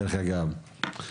דרך אגב.